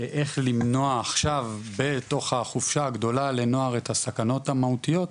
איך למנוע עכשיו בתוך החופשה הגדולה לנוער את הסכנות המהותיות,